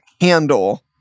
handle